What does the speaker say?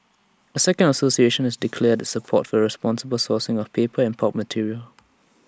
A second association has declared the support for the responsible sourcing of paper and pulp material